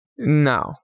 No